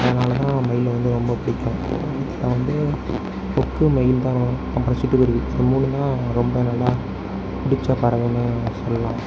அதனால்தான் மயில் வந்து ரொம்ப பிடிக்கும் அப்புறம் வந்து கொக்கு மயில்தான் அப்புறம் சிட்டு குருவி அது மூணும்தான் ரொம்ப நல்லா பிடிச்ச பறவைனு சொல்லலாம்